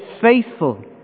faithful